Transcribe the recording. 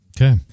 Okay